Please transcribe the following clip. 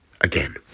Again